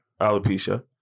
alopecia